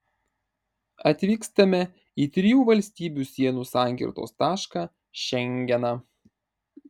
atvykstame į trijų valstybių sienų sankirtos tašką šengeną